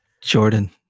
Jordan